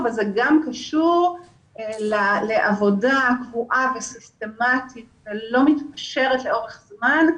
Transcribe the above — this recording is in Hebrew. אבל זה גם קשור לעבודה קבועה וסיסטמתית ולא מתפשרת לאורך זמן,